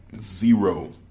zero